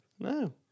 no